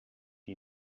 wie